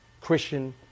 Christian